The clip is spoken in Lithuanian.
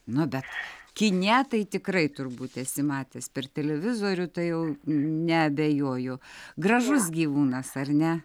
nu bet kine tai tikrai turbūt esi matęs per televizorių tai jau neabejoju gražus gyvūnas ar ne